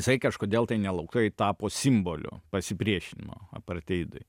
jisai kažkodėl tai ne lauktai tapo simboliu pasipriešinimo apartheidui